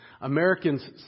Americans